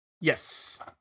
Yes